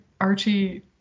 Archie